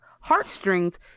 heartstrings